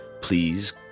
please